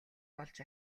болж